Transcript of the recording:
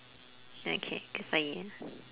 okay good for you